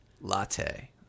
latte